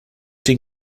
den